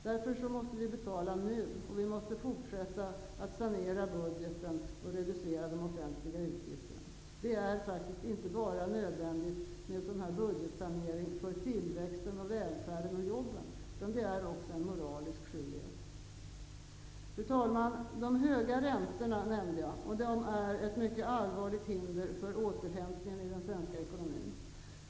Därför måste vi betala nu, och vi måste fortsätta att sanera budgeten och reducera de offentliga utgifterna. En sådan budgetsanering är faktiskt nödvändig, inte bara för tillväxten, välfärden och jobben, utan den är också en moralisk skyldighet. Fru talman! Jag nämnde de höga räntorna. De är ett mycket allvarligt hinder för återhämtningen i den svenska ekonomin.